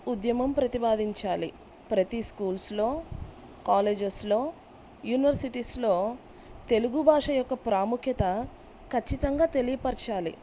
ఉద్యమం ప్రతిపాదించాలి ప్రతీ స్కూల్స్లో కాలేజస్లో యూనివర్సిటీస్లో తెలుగు భాష యొక్క ప్రాముఖ్యత ఖచ్చితంగా తెలియపరచాలి